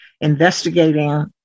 investigating